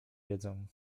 wiedzą